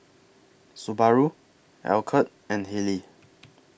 Subaru Alcott and Haylee